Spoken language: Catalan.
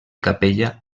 capella